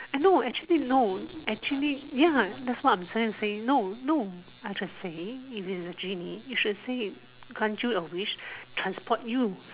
eh no actually no actually ya that's what I'm trying to say no no I'm just saying if it's a genie you should say grant you a wish transport you